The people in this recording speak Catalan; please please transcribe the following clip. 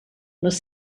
les